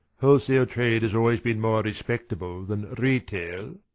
wholesale trade has always been more respectable than retail.